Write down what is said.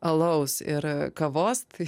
alaus ir kavos tai